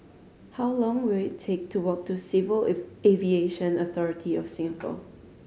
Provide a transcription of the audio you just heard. how long will it take to walk to Civil Aviation Authority of Singapore